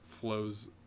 flows